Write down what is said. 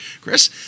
Chris